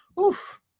Oof